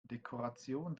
dekoration